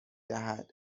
دهد